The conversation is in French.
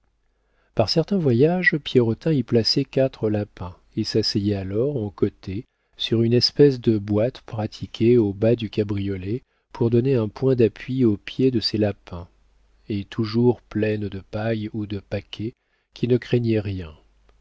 par certains voyages pierrotin y plaçait quatre lapins et s'asseyait alors en côté sur une espèce de boîte pratiquée au bas du cabriolet pour donner un point d'appui aux pieds de ses lapins et toujours pleine de paille ou de paquets qui ne craignaient rien